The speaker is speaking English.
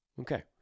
okay